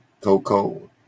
Coco